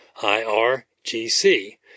IRGC